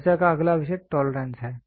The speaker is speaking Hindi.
चर्चा का अगला विषय टॉलरेंस है